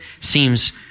seems